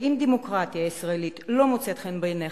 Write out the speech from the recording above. ואם הדמוקרטיה הישראלית לא מוצאת חן בעיניכם,